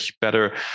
better